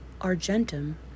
Argentum